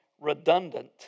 redundant